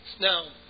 Now